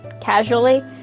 casually